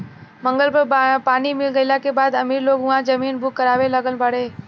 मंगल पर पानी मिल गईला के बाद अमीर लोग उहा जमीन बुक करावे लागल बाड़े